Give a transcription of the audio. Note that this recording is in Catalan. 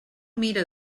mira